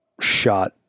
shot